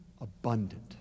abundant